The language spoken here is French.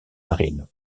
marine